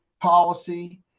policy